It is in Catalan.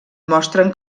mostren